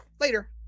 Later